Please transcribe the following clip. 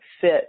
fit